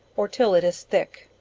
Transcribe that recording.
or till it is thick,